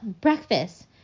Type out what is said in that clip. breakfast